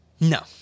No